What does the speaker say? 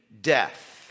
death